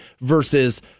versus